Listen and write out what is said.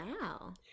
wow